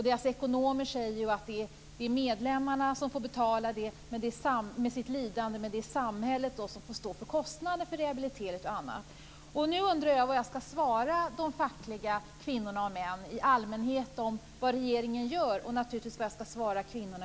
Deras ekonomer säger att det är medlemmarna som får betala detta med sitt lidande, men att det är samhället som får stå för kostnaderna för rehabilitering och annat. Nu undrar jag vad jag ska svara de fackliga kvinnorna och männen i allmänhet på frågan om vad regeringen gör, och i synnerhet vad jag ska svara kvinnorna.